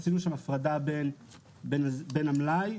עשינו שם הפרדה בין מלאי